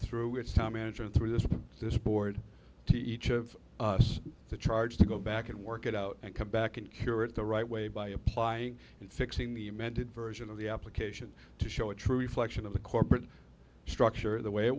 through its time insurance through this this board to each of us to charge to go back and work it out and come back and cure it the right way by applying and fixing the amended version of the application to show a true reflection of the corporate structure the way it